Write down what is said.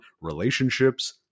relationships